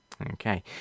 Okay